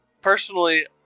personally